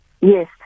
Yes